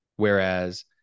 Whereas